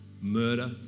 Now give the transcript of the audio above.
murder